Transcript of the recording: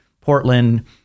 Portland